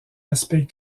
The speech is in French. aspect